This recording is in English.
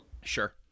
Sure